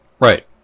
Right